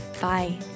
Bye